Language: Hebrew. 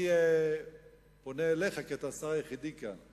אני פונה אליך כי אתה השר היחיד כאן,